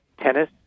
tennis